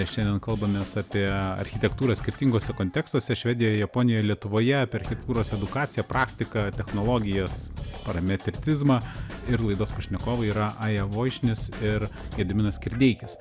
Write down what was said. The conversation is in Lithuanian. šiandien kalbamės apie architektūrą skirtinguose kontekstuose švedijoje japonijoje lietuvoje architektūros edukaciją praktiką technologijas parametritizmą ir laidos pašnekovai yra aja voišnis ir gediminas kirdeikis